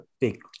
big